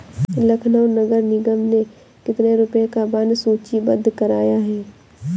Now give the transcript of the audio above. लखनऊ नगर निगम ने कितने रुपए का बॉन्ड सूचीबद्ध कराया है?